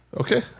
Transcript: Okay